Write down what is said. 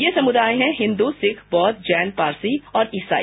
ये समृदाय हैं हिंद्र सिख बौद्ध जैन पारसी और ईसाई